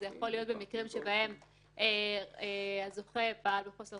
זה יכול להיות במקרים שבהם הזוכה פעל בחוסר